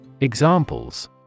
Examples